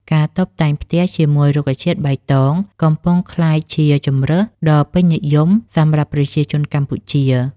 ការតុបតែងផ្ទះជាមួយរុក្ខជាតិបៃតង កំពុងក្លាយជាជម្រើសដ៏ពេញនិយមសម្រាប់ប្រជាជនកម្ពុជា